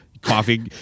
Coffee